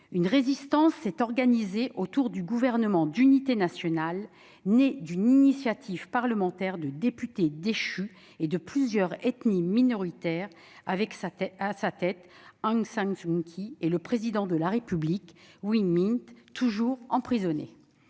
Une résistance s'est organisée autour du Gouvernement d'unité nationale, né d'une initiative parlementaire de députés déchus et de plusieurs ethnies minoritaires, avec à sa tête Aung San Suu Kyi et le président de la République Win Myint, toujours emprisonnés.